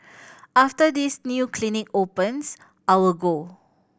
after this new clinic opens I will go